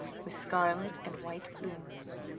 with scarlet and white plumes,